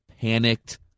panicked